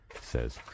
says